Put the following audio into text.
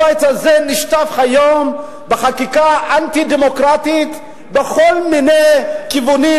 הבית הזה נשטף היום בחקיקה אנטי-דמוקרטית בכל מיני כיוונים,